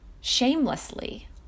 shamelessly